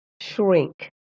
shrink